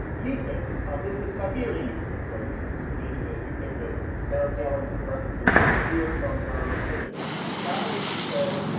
you pick on this is siberian, you pig. so this is maybe the you pick that sarah palin can practically hear from her living room. how would you say?